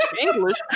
English